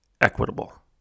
equitable